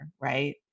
right